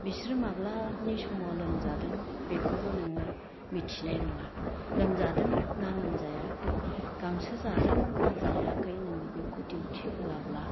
बिसोरो माब्लानि समाव लोमजादों बेखौबो नोङो मिथिनाय नङा लोमजादों ना लोमजायाखै गांसो जादों ना जायाखै नोङो बेखौ दिउथि होयाब्ला